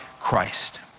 Christ